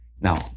Now